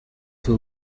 two